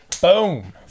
Boom